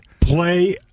Play